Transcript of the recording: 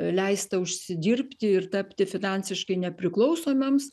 leista užsidirbti ir tapti finansiškai nepriklausomoms